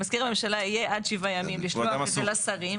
מזכיר הממשלה יהיה עד שבעה ימים לשלוח את זה לשרים,